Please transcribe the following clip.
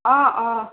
অঁ অঁ